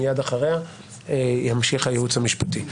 מייד אחריה ימשיך הייעוץ המשפטי.